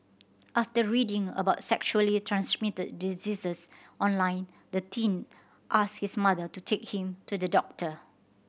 after reading about sexually transmitted diseases online the teen asked his mother to take him to the doctor